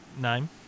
name